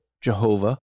Jehovah